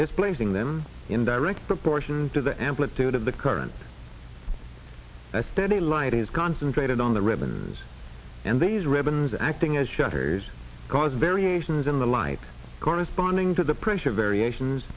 displacing them in direct proportion to the amplitude of the current a steady light is concentrated on the ribbons and these ribbons acting as shutters cause variations in the light corresponding to the pressure variations